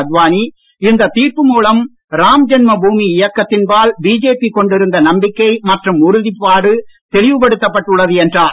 அத்வானி இந்த தீர்ப்பு மூலம் ராம்ஜென்ம பூமி இயக்கத்தின்பால் பிஜேபி கொண்டிருந்த நம்பிக்கை மற்றும் உறுதிப்பாடு தெளிவுப்படுத்தப்பட்டுள்ளது என்றார்